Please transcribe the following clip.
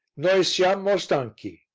noi siamo stanchi.